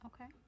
Okay